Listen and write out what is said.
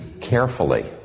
carefully